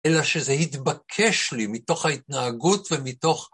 אלא שזה יתבקש לי מתוך ההתנהגות ומתוך...